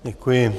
Děkuji.